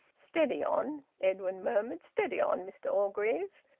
steady on! edwin murmured. steady on, mr orgreave!